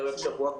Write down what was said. בערך שבוע,